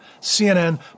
CNN